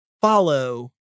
follow